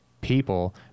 people